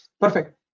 perfect